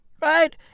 Right